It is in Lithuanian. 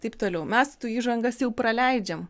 taip toliau mes tų įžangas jau praleidžiam